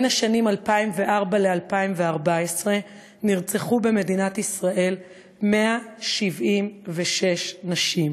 בין השנים 2004 ו-2014 נרצחו במדינת ישראל 176 נשים.